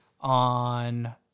on